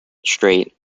strait